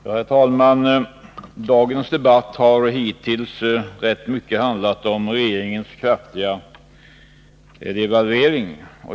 Herr talman! Dagens debatt har hittills rätt mycket handlat om regeringens kraftiga devalvering.